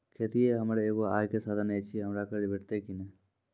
खेतीये हमर एगो आय के साधन ऐछि, हमरा कर्ज भेटतै कि नै?